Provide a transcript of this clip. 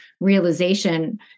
realization